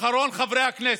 אחרון חברי הכנסת,